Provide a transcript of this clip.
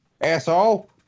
Asshole